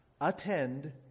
Attend